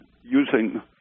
Using